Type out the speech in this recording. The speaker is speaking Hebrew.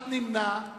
55, נמנעים,